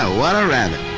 ah what a rabbit,